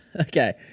Okay